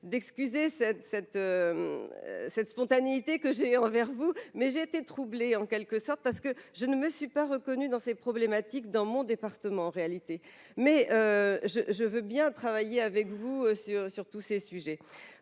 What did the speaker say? cette cette spontanéité que j'ai envers vous mais j'ai été troublé en quelque sorte, parce que je ne me suis pas reconnu dans ces problématiques dans mon département, réalité mais je, je veux bien travailler avec vous sur sur tous ces sujets,